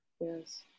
yes